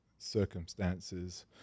Circumstances